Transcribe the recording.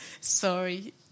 Sorry